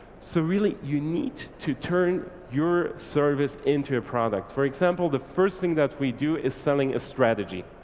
so really you need to turn your service into a product. for example, the first thing that we do is selling a strategy.